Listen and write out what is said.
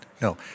No